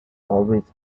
always